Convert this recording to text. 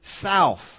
south